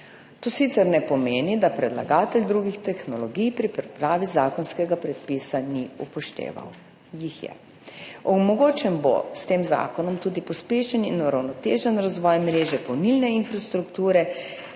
To sicer ne pomeni, da predlagatelj drugih tehnologij pri pripravi zakonskega predpisa ni upošteval, jih je. S tem zakonom bo omogočen tudi pospešen in uravnotežen razvoj mreže polnilne infrastrukture